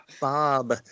Bob